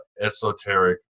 esoteric